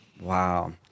Wow